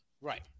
Right